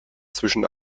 zwischen